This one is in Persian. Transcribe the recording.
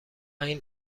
این